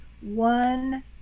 one